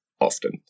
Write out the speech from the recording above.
often